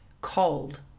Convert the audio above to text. cold